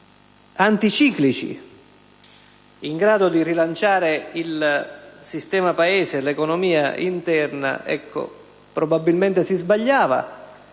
anticiclici in grado di rilanciare il sistema Paese e l'economia interna, probabilmente si sbagliava.